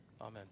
Amen